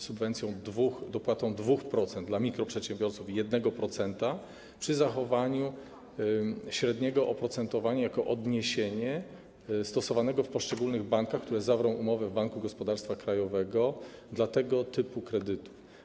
Subwencją, dopłatą 2% dla mikroprzedsiębiorców i 1% przy zachowaniu średniego oprocentowania jako odniesienie stosowanego w poszczególnych bankach, które zawrą umowę w Banku Gospodarstwa Krajowego dla tego typu kredytów.